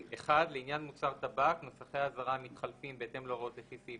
(1)לעניין מוצר טבק נוסחי האזהרה המתחלפים בהתאם להוראות לפי סעיף